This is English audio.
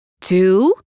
two